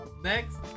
Next